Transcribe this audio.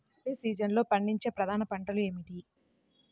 రబీ సీజన్లో పండించే ప్రధాన పంటలు ఏమిటీ?